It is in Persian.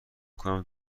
کنم